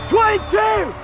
Twenty-two